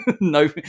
no